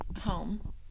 home